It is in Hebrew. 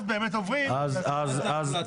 אז באמת עוברים ל --- כן,